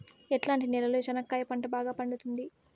ఎట్లాంటి నేలలో చెనక్కాయ పంట బాగా పండుతుంది?